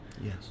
Yes